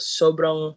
sobrang